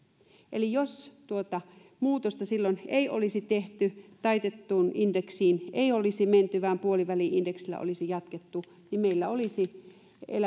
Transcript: prosenttia jos tuota muutosta ei silloin olisi tehty eli taitettuun indeksiin ei olisi menty vaan puoliväli indeksillä olisi jatkettu niin meillä olisi